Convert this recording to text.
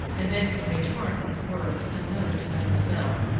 and then came a torrent of words unknown to mademoiselle,